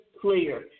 clear